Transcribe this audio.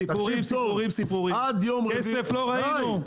סיפורים סיפורים סיפורים, כסף לא ראינו.